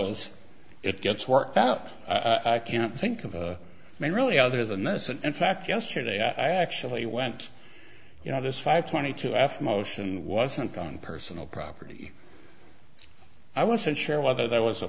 is it gets worked out i can't think of me really other than this in fact yesterday i actually went you know this five twenty two f motion wasn't on personal property i wasn't sure whether there was a